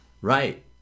Right